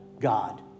God